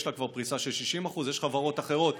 יש לה כבר פריסה של 60%, ויש חברות אחרות.